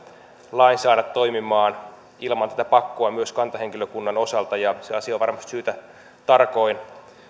lain saada toimimaan ilman tätä pakkoa myös kantahenkilökunnan osalta ja se asia on varmasti syytä tarkoin